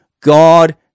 God